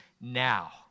now